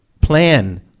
plan